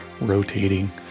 rotating